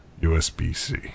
USB-C